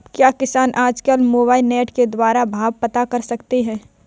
क्या किसान आज कल मोबाइल नेट के द्वारा भाव पता कर सकते हैं?